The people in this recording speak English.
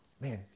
man